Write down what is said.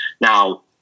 Now